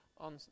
on